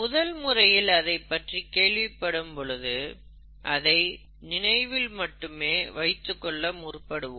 முதல் முறையில் அதைப்பற்றி கேள்விப்படும் பொழுது அதை நினைவில் மட்டும் வைத்துக்கொள்ள முற்படுவோம்